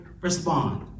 respond